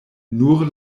nur